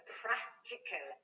practical